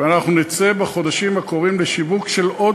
ואנחנו נצא בחודשים הקרובים בשיווק של עוד